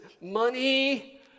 money